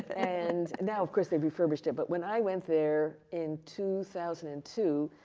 and now, of course, they've refurbished it. but when i went there in two thousand and two,